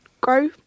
grow